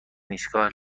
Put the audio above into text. ایستگاه